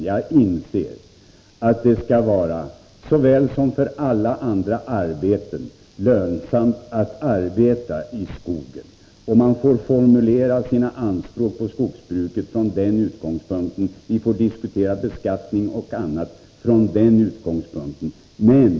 Jag inser att det skall vara lönsamt att arbeta i skogen såväl som på alla andra arbetsplatser. Vi får formulera anspråken på skogsbruket och diskutera beskattning och annat från den utgångspunkten.